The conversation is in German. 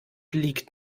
liegt